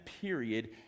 period